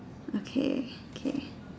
okay okay